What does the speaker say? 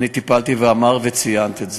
אני טיפלתי וציינת את זה.